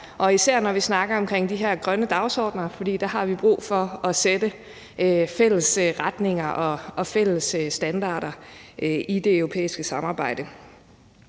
især, når vi snakker om de her grønne dagsordener, for der har vi brug for at sætte fælles retninger og fælles standarder i det europæiske samarbejde.